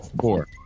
four